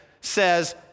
says